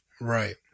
Right